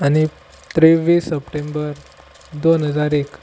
आनी तेवीस सप्टेंबर दोन हजार एक